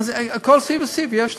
כל סעיף וסעיף יש לי.